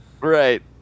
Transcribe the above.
Right